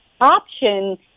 option